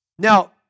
Now